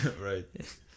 Right